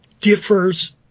differs